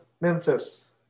Memphis